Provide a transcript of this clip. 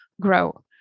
grow